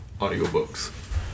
Audiobooks